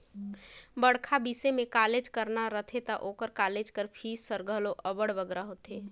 बड़खा बिसे में कॉलेज कराना रहथे ता ओकर कालेज कर फीस हर घलो अब्बड़ बगरा होथे